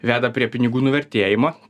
veda prie pinigų nuvertėjimo